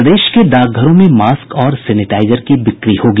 प्रदेश के डाकघरों में मास्क और सेनेटाईजर की बिक्री होगी